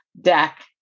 deck